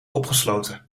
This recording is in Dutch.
opgesloten